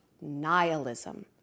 nihilism